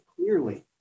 clearly